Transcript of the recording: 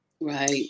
Right